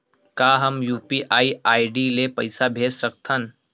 का हम UPI ID ले पईसा भेज सकथन?